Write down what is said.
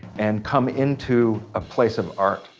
and come into a place of art.